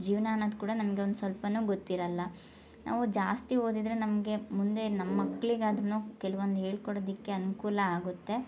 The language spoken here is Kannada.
ಜೀವ ಅನ್ನದು ಕೂಡ ನಮ್ಗೊಂದು ಸ್ವಲ್ಪನೂ ಗೊತ್ತಿರಲ್ಲ ನಾವು ಜಾಸ್ತಿ ಓದಿದ್ರೆ ನಮಗೆ ಮುಂದೆ ನಮ್ಮ ಮಕ್ಳಿಗಾದರೂನು ಕೆಲವೊಂದು ಹೇಳ್ಕೊಡದಿಕ್ಕೆ ಅನುಕೂಲ ಆಗುತ್ತೆ